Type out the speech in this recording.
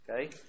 okay